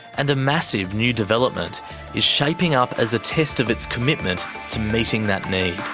and a massive new development is shaping up as a test of its commitment to meeting that need.